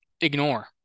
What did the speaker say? ignore